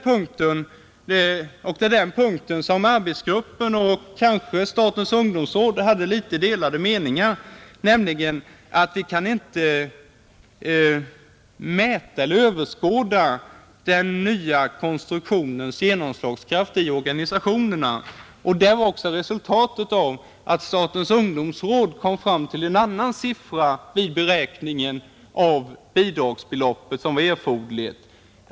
På den fjärde punkten hade arbetsgruppen och statens ungdomsråd kanske delade meningar, nämligen att man inte kan mäta eller överskåda den nya konstruktionens genomslagskraft i organisationerna. Statens ungdomsråd kom fram till en annan siffra än arbetsgruppen vid beräkningen av det erforderliga bidragsbeloppet.